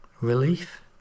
relief